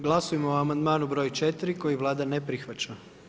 Glasujmo o amandmanu broj 4. koji Vlada ne prihvaća.